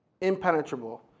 impenetrable